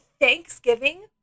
Thanksgiving